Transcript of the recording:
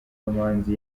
kamanzi